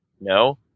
No